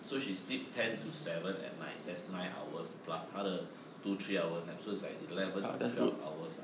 so she sleep ten to seven at night that's nine hours plus 她的 two three hours naps so it's eleven to twelve hours ah